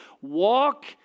Walk